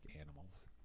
animals